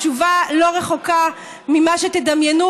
התשובה לא רחוקה ממה שתדמיינו,